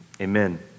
amen